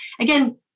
Again